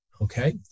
Okay